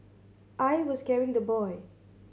I was carrying the boy